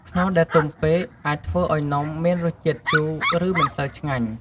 ខ្នុរដែលទុំពេក អាចធ្វើឱ្យនំមានរសជាតិជូរ ឬមិនសូវឆ្ងាញ់។